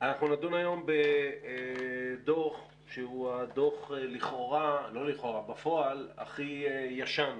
אנחנו נדון היום בדוח שהוא הדוח הכי ישן